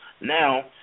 Now